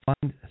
find